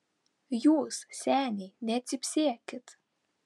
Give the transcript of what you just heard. jūs seniai necypsėkit